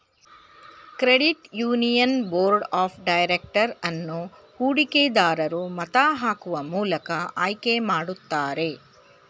credit union board of director ಅನ್ನು ಹೂಡಿಕೆ ದರೂರು ಮತ ಹಾಕುವ ಮೂಲಕ ಆಯ್ಕೆ ಮಾಡುತ್ತಾರೆ